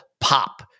pop